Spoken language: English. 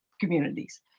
communities